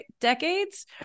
decades